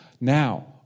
Now